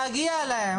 להגיע אליהם.